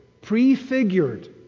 prefigured